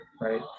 right